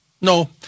No